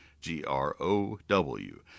G-R-O-W